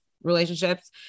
Relationships